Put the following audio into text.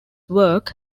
work